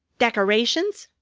decorations?